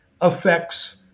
affects